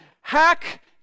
Hack